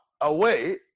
away